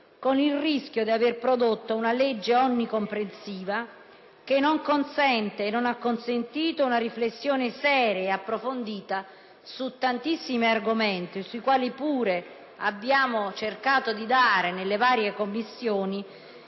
con il rischio di aver prodotto una legge onnicomprensiva che non ha consentito e non consente una riflessione seria approfondita su tantissimi argomenti, sui quali pure abbiamo cercato di dare, nelle varie Commissioni,